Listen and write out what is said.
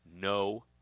no